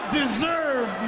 deserve